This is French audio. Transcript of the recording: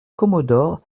commodore